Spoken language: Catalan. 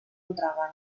entraven